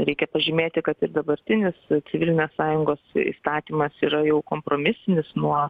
reikia pažymėti kad ir dabartinis civilinės sąjungos įstatymas yra jau kompromisinis nuo